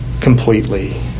completely